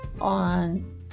on